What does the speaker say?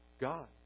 God